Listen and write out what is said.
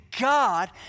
God